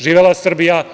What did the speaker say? Živela Srbija.